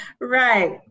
Right